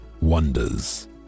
wonders